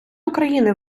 україни